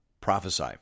prophesy